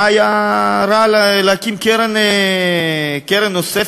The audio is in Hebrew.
מה היה רע להקים קרן נוספת,